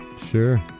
Sure